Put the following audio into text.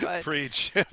Preach